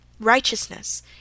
Righteousness